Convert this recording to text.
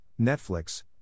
Netflix